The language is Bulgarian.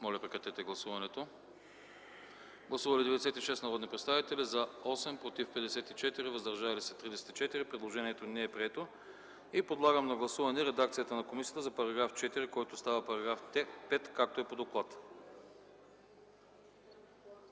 комисията не подкрепя. Гласували 96 народни представители: за 8, против 54, въздържали се 34. Предложението не е прието. Подлагам на гласуване редакцията на комисията за § 4, който става § 5, както е по доклад.